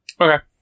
Okay